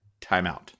timeout